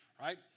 right